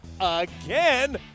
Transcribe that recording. again